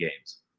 games